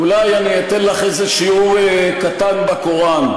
אולי אני אתן לך איזה שיעור קטן בקוראן.